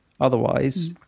otherwise